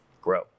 grow